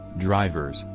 drivers,